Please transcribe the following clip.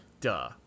duh